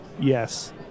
yes